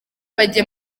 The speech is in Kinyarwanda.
bagiye